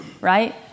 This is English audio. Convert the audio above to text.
right